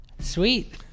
Sweet